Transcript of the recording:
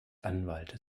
anwalt